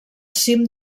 cim